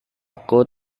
aku